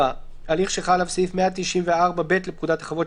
"(4)הליך שחל עליו סעיף 194(ב) לפקודת החברות,